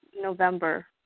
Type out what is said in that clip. November